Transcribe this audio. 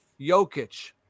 Jokic